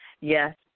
Yes